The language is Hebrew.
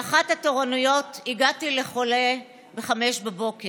באחת התורנויות הגעתי לחולה ב-05:00,